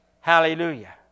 Hallelujah